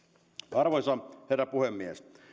arvoisa herra puhemies